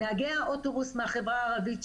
נהגי האוטובוס מהחברה הערבית,